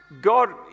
God